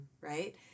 right